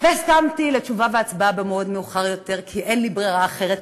הסכמתי לתשובה והצבעה במועד מאוחר יותר כי אין לי ברירה אחרת,